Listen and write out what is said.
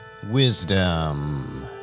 Wisdom